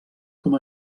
com